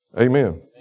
Amen